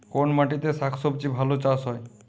কোন মাটিতে শাকসবজী ভালো চাষ হয়?